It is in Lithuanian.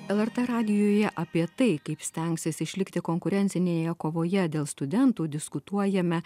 lrt radijuje apie tai kaip stengsis išlikti konkurencinėje kovoje dėl studentų diskutuojame